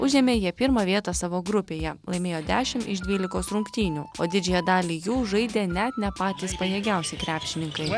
užėmė jie pirmą vietą savo grupėje laimėjo dešimt iš dvylikos rungtynių o didžiąją dalį jų žaidė net ne patys pajėgiausi krepšininkai